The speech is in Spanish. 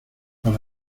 para